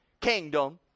kingdom